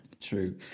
True